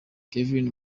kevin